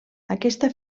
aquesta